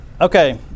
Okay